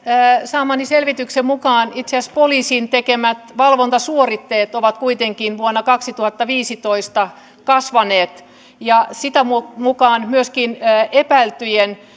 saamani selvityksen mukaan itse asiassa poliisin tekemät valvontasuoritteet ovat kuitenkin vuonna kaksituhattaviisitoista kasvaneet ja sitä mukaa myöskin epäiltyjen